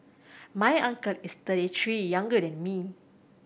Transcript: my uncle is thirty three younger than me